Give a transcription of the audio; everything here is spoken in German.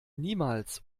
niemals